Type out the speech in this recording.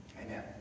Amen